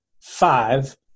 five